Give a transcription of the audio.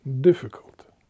difficult